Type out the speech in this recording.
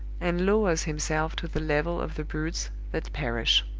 and lowers himself to the level of the brutes that perish.